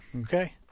Okay